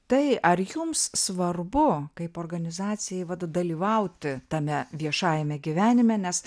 tai ar jums svarbu kaip organizacijai vat dalyvauti tame viešajame gyvenime nes